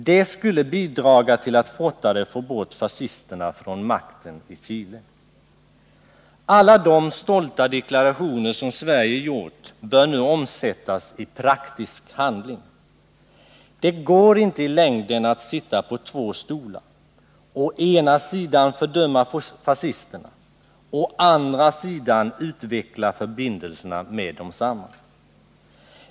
De skulle bidra till att fortare få bort fascisterna från makten i Chile. Alla de stolta deklarationer som Sverige gjort bör nu omsättas i praktisk handling. Det går inte i längden att sitta på två stolar — å ena sidan fördöma fascisterna, å andra sidan utveckla förbindelserna med dem.